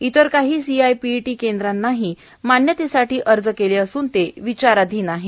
इतर काही सीआयपीईटी केंद्रांनीही मान्यतेसाठी अर्ज केले असून ते विचाराधीन आहेत